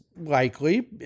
likely